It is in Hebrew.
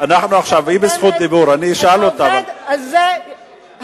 אתה עובד על זה הרבה.